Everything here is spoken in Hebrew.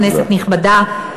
כנסת נכבדה,